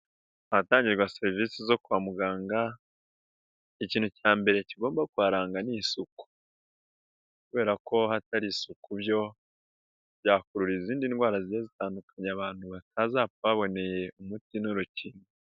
Ahatangirwa serivisi zo kwa muganga ikintu cya mbere kigomba kuharanga ni isuku kubera ko hatari isuku byo byakurura izindi ndwara zigiye zitandukanye abantu batazapfa baboneye umuti n'urukingo.